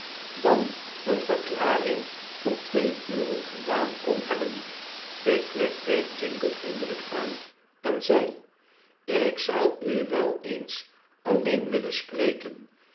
dan een verklaring van twee uren gedaan kon nebben pickwick keek jingle vriendelijk aan en zei ik zou u wel eens alleen willen spreken